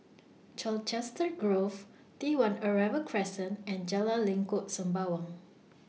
Colchester Grove T one Arrival Crescent and Jalan Lengkok Sembawang